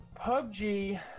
PUBG